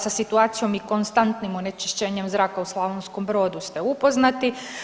Sa situacijom i konstantnim onečišćenjem zraka u Slavonskom Brodu ste upoznati.